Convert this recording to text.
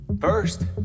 First